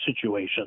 situation